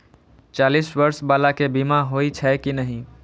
चालीस बर्ष बाला के बीमा होई छै कि नहिं?